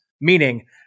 Meaning